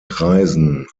kreisen